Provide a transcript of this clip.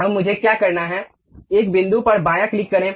अब मुझे क्या करना है एक बिंदु पर बायाँ क्लिक करें